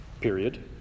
period